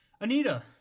anita